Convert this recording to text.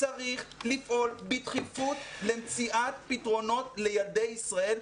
צריך לפעול בדחיפות למציאת פתרונות לילדי ישראל.